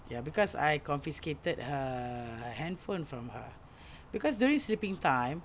ya because I confiscated her handphone from her because during sleeping time